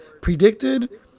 predicted